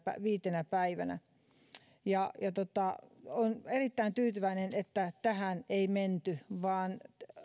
viitenä päivänä olen erittäin tyytyväinen että tähän ei menty vaan